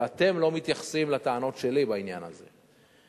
ואתם לא מתייחסים לטענות שלי בעניין הזה.